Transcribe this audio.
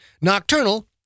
Nocturnal